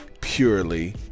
purely